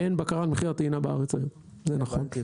אין בקרה על מחיר הטעינה בארץ היום, זה נכון.